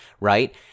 right